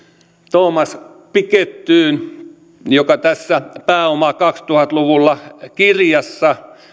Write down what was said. thomas pikettyyn joka tässä pääoma kaksituhatta luvulla kirjassa